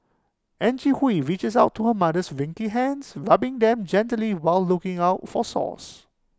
Angie Hui reaches out to her mother's wrinkly hands rubbing them gently while looking out for sores